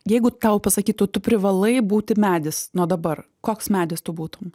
jeigu tau pasakytų tu privalai būti medis nuo dabar koks medis tu būtum